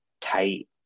tight